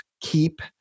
keep